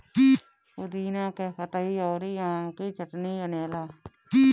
पुदीना के पतइ अउरी आम के चटनी बनेला